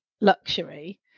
luxury